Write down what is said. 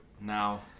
Now